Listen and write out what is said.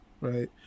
right